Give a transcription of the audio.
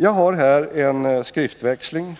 Jag har här en skriftväxling